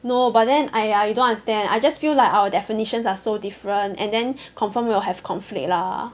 no but then !aiya! you don't understand I just feel like our definitions are so different and then confirm will have conflict lah